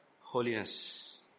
Holiness